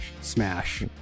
Smash